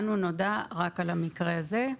לנו נודע רק על המקרה הזה.